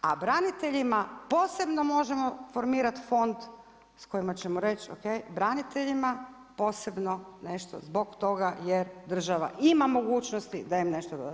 A braniteljima posebno možemo formirati fond s kojima ćemo reć o.k. braniteljima posebno nešto zbog toga jer država ima mogućnosti da im nešto doda.